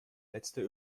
letzte